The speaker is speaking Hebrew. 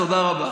תודה רבה.